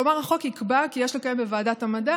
כלומר החוק יקבע כי יש לקיים בוועדת המדע